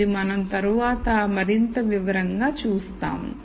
ఇది మనం తరువాత మరింత వివరంగా చూస్తాము